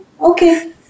okay